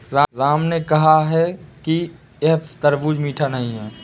राम ने कहा कि यह तरबूज़ मीठा नहीं है